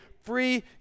free